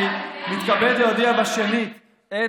אני מתכבד להודיע שנית את